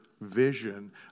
vision